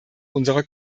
unserer